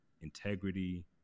integrity